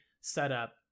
setup